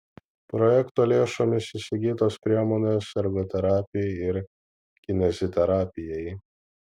projekto lėšomis įsigytos priemonės ergoterapijai ir kineziterapijai